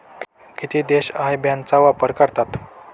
किती देश IBAN चा वापर करतात?